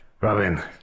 Robin